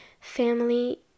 family